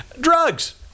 Drugs